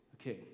Okay